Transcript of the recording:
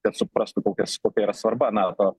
kad suprastų kokias kokia yra svarba nato